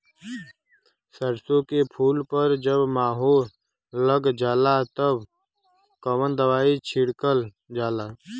सरसो के फूल पर जब माहो लग जाला तब कवन दवाई छिड़कल जाला?